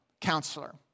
Counselor